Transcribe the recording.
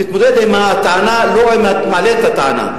תתמודד עם הטענה, לא עם המעלה את הטענה.